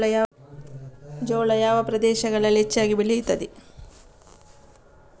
ಜೋಳ ಯಾವ ಪ್ರದೇಶಗಳಲ್ಲಿ ಹೆಚ್ಚಾಗಿ ಬೆಳೆಯುತ್ತದೆ?